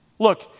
Look